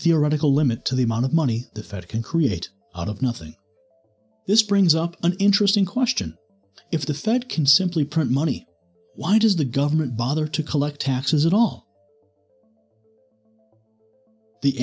theoretical limit to the amount of money the fed can create out of nothing this brings up an interesting question if the fed can simply print money why does the government bother to collect taxes at all the